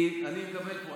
אני מקבל פה.